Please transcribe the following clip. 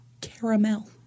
caramel